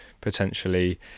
potentially